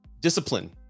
discipline